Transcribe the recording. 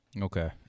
Okay